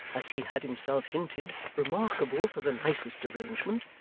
as he had himself hinted, remarkable for the nicest arrangement,